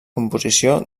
composició